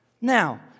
Now